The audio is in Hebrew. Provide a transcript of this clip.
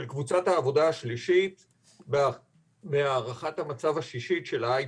קבוצת העבודה השלישית והערכת המצב השישית של ה-IPCC.